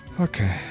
Okay